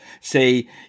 say